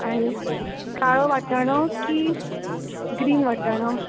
आनी काळो वाटाणो की ग्रीन वाटाणो